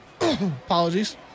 Apologies